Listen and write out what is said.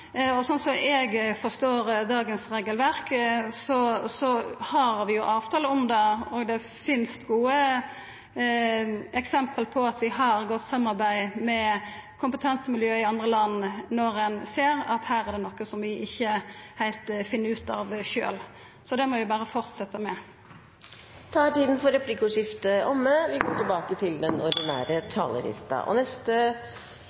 og sånn som eg forstår dagens regelverk, har vi avtale om det, og det finst gode eksempel på at vi har eit godt samarbeid med kompetansemiljø i andre land når ein ser at her er det noko ein ikkje heilt finn ut av sjølv. Så det må vi berre fortsetja med. Replikkordskiftet er omme. Venstre vil ha et helsevesen som gjør prioriteringer på en åpen, kunnskapsbasert og forutsigbar måte, og som tar i bruk teknologi for